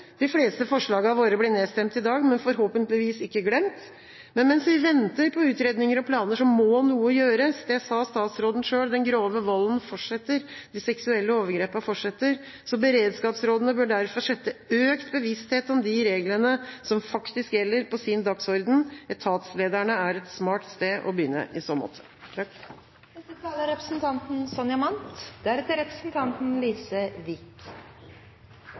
De fleste forslagene våre blir nedstemt i dag, men forhåpentligvis ikke glemt. Mens vi venter på utredninger og planer, må noe gjøres, det sa statsråden selv. Den grove volden og de seksuelle overgrepene fortsetter. Beredskapsrådene bør derfor sette økt bevissthet om de reglene som faktisk gjelder, på sin dagsorden. Etatslederne er et smart sted å begynne i så måte. Barn som har vært utsatt for vold eller er